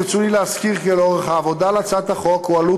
ברצוני להזכיר כי לאורך העבודה על הצעת החוק הועלו